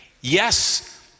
yes